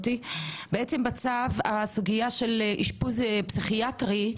בצו, הסוגיה של אשפוז פסיכיאטרי,